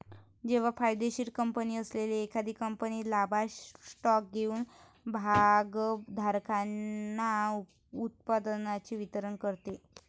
जेव्हा फायदेशीर कंपनी असलेली एखादी कंपनी लाभांश स्टॉक देऊन भागधारकांना उत्पन्नाचे वितरण करते